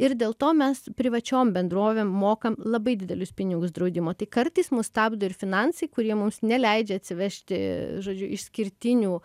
ir dėl to mes privačiom bendrovėm mokam labai didelius pinigus draudimo tai kartais mus stabdo ir finansai kurie mums neleidžia atsivežti žodžiu išskirtinių